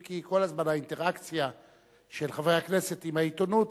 אם כי כל הזמן האינטראקציה של חברי הכנסת עם העיתונות,